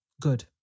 Good